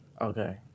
Okay